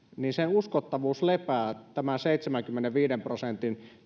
uskottavuus lepää seitsemänkymmenenviiden prosentin